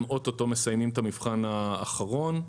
הם אוטוטו מסיימים את המבחן האחרון.